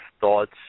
thoughts